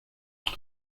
todo